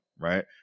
Right